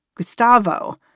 gustavo.